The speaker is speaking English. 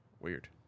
Weird